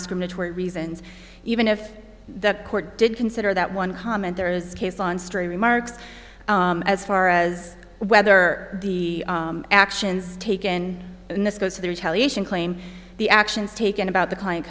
discriminatory reasons even if the court did consider that one comment there is case on stray remarks as far as whether the actions taken and this goes to the retaliation claim the actions taken about the client